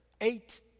Eight